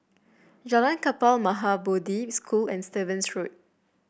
Jalan Kapal Maha Bodhi School and Stevens Road